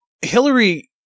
Hillary